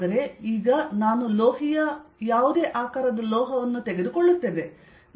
ಆದರೆ ಈಗ ನಾನು ಲೋಹೀಯ ಯಾವುದೇ ಆಕಾರದ ಲೋಹವನ್ನು ತೆಗೆದುಕೊಳ್ಳುತ್ತೇನೆ